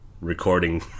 recording